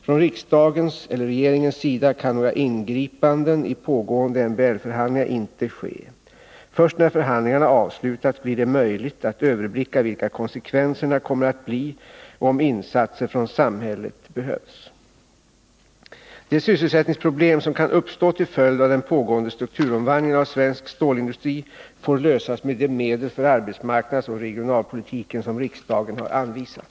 Från riksdagens eller regeringens sida kan några ingripanden i pågående MBL-förhandlingar inte ske. Först när förhandlingarna avslutats blir det möjligt att överblicka vilka konsekvenserna kommer att bli och om insatser från samhället behövs. De sysselsättningsproblem som kan uppstå till följd av den pågående strukturomvandlingen av svensk stålindustri får lösas med de medel för arbetsmarknadsoch regionalpolitiken som riksdagen har anvisat.